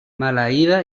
maleïda